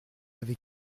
avait